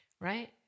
Right